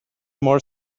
more